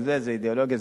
זו אידיאולוגיה,